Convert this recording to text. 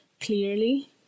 clearly